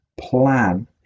plan